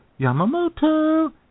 Yamamoto